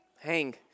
Hang